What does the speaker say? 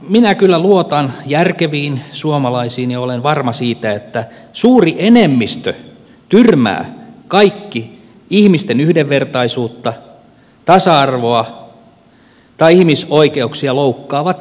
minä kyllä luotan järkeviin suomalaisiin ja olen varma siitä että suuri enemmistö tyrmää kaikki ihmisten yhdenvertaisuutta tasa arvoa tai ihmisoikeuksia loukkaavat ehdotelmat